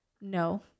No